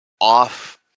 off